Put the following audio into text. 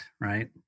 right